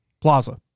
Plaza